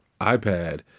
iPad